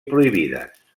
prohibides